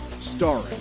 starring